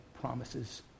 promises